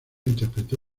interpretó